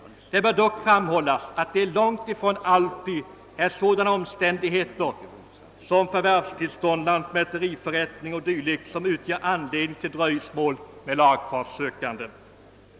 Det bör dock framhållas ätt det långt ifrån alltid är sådana omständigheter som förvärvstillstånd, lantmäteriförrättning o.d. som utgör anledning till dröjsmål med lagfarts sökande.